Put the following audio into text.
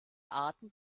arten